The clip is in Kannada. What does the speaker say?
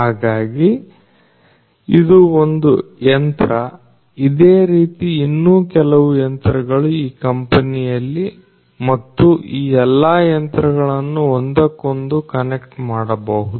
ಹಾಗಾಗಿ ಇದು ಒಂದು ಯಂತ್ರ ಇದೇ ರೀತಿ ಇನ್ನೂ ಕೆಲವು ಯಂತ್ರಗಳು ಈ ಕಂಪನಿಯಲ್ಲಿ ಮತ್ತು ಈ ಎಲ್ಲಾ ಯಂತ್ರಗಳನ್ನು ಒಂದಕ್ಕೊಂದು ಕನೆಕ್ಟ್ ಮಾಡಬಹುದು